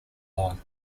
lawn